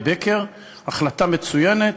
החלטה מצוינת,